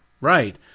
Right